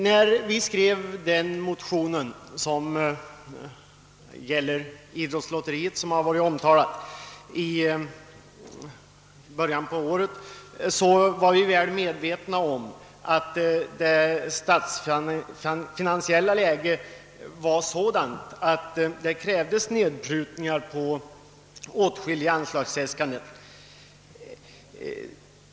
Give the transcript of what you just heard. När motionen om idrottslotteriet skrevs i början på året var vi väl medvetna om att det statsfinansiella läget krävde nedprutningar på åtskilliga anslagsäskanden.